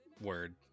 Word